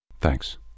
Thanks